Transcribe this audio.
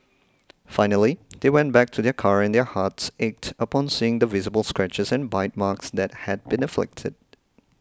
finally they went back to their car and their hearts ached upon seeing the visible scratches and bite marks that had been inflicted